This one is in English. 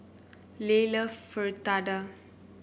Leigh love Fritada